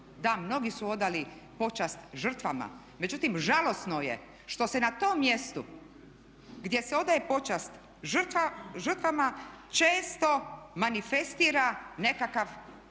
da mnogi su odali počast žrtvama, međutim žalosno je što se na tom mjestu gdje se odaje počast žrtvama često manifestira nekakav